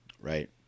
Right